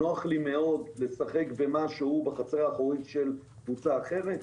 נוח לי מאוד לשחק במה שהוא בחצר האחורית של קבוצה אחרת?